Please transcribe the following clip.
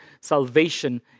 Salvation